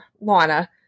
Lana